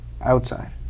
outside